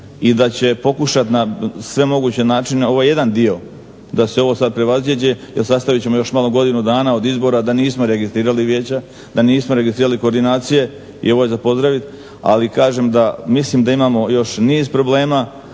i da će pokušati na sve moguće načine. Ovo je jedan dio da se ovo sad prevaziđe, jer sastavit ćemo još malo godinu dana od izbora da nismo registrirali vijeća, da nismo registrirali koordinacije i ovo je za pozdraviti, ali kažem da mislim da imamo još niz problema,